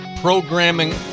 programming